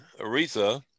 Aretha